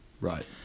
Right